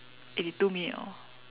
eh two minute orh